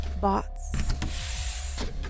bots